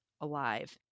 alive